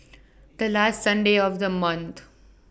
The last Sunday of The month